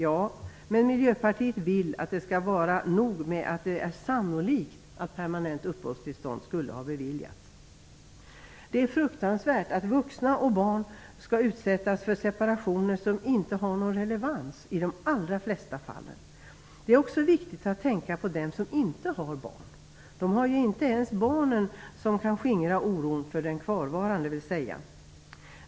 Men Miljöpartiet vill att det skall vara nog med att det är sannolikt att ett permanent uppehållstillstånd skulle ha beviljats. Det är fruktansvärt att vuxna och barn skall utsättas för separationer som inte har någon relevans i de allra flesta fallen. Det är också viktigt att tänka på dem som inte barn. De har inte ens barnen som kan skingra oron för den kvarvarande.